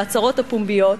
בהצהרות הפומביות,